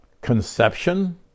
conception